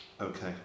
Okay